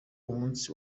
umunsi